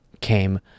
came